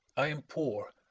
i am poor,